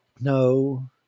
No